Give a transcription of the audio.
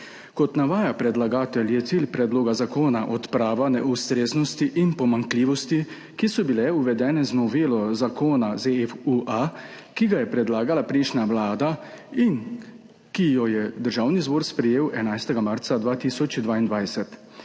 Kot navaja predlagatelj, je cilj predloga zakona odprava neustreznosti in pomanjkljivosti, ki so bile uvedene z novelo zakona ZFU-A, ki ga je predlagala prejšnja vlada in ki jo je Državni zbor sprejel 11. marca 2022.